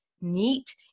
neat